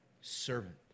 servant